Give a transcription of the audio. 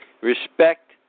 Respect